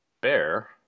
bear